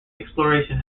exploration